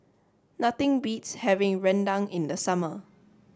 nothing beats having Rendang in the summer